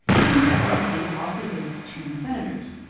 and every state also gets two senators.